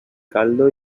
caldo